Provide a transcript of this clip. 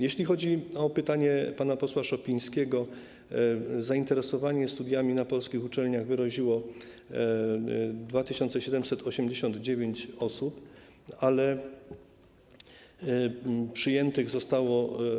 Jeśli chodzi o pytanie pana posła Szopińskiego, to chcę powiedzieć, że zainteresowanie studiami na polskich uczelniach wyraziło 2789 osób, ale przyjętych zostało.